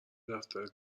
دفتر